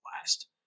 last